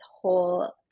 whole